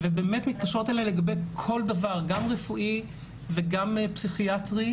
באמת מתקשרות אלי לגבי כל דבר - גם רפואי וגם פסיכיאטרי.